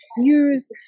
use